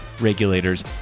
regulators